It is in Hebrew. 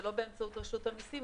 זה לא באמצעות רשות המסים.